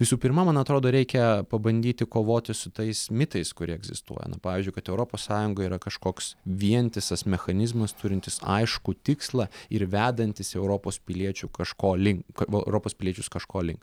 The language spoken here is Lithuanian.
visų pirma man atrodo reikia pabandyti kovoti su tais mitais kurie egzistuoja na pavyzdžiui kad europos sąjungoj yra kažkoks vientisas mechanizmas turintis aiškų tikslą ir vedantis europos piliečių kažko link europos piliečius kažko link